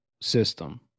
system